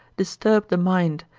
disturb the mind,